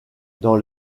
dans